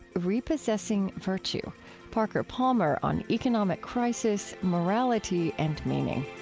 repossessing virtue parker palmer on economic crisis, morality, and meaning.